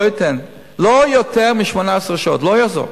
לא אתן יותר מ-18 שעות, לא יעזור.